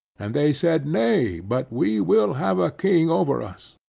and they said, nay, but we will have a king over us,